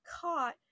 caught